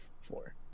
four